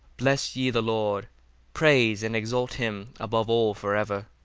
bless ye the lord praise and exalt him above all for ever.